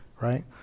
right